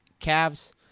Cavs